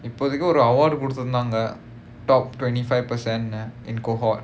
இப்போதிக்கி ஒரு:ippothikki oru award குடுத்து இருந்தாங்க:kuduthu irunthaanga top twenty five percent ah in cohort